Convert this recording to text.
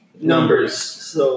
numbers